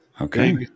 Okay